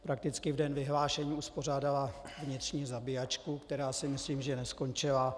Prakticky v den vyhlášení uspořádala vnitřní zabijačku, která si myslím, že neskončila.